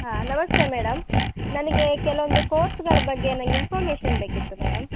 ಹಾಂ ನಮಸ್ತೆ ಮೇಡಮ್ ನನಗೆ ಕೆಲವೊಂದು ಕೋರ್ಸ್ಗಳ ಬಗ್ಗೆ ನಂಗೆ ಇನ್ಫಾರ್ಮೇಶನ್ ಬೇಕಿತ್ತು ಮೇಡಮ್